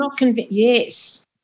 Yes